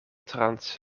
trans